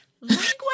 language